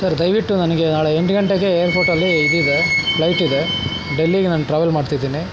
sir ದಯವಿಟ್ಟು ನನಗೆ ನಾಳೆ ಎಂಟು ಗಂಟೆಗೆ ಏರ್ಪೋರ್ಟಲ್ಲಿ ಇದಿದೆ ಫ್ಲೈಟ್ ಇದೆ ಡೆಲ್ಲಿಗೆ ನಾನು ಟ್ರಾವೆಲ್ ಮಾಡ್ತಿದ್ದೀನಿ